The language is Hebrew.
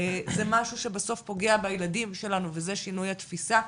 זה משהו שבסוף פוגע בילדים שלנו וזה שינוי התפיסה.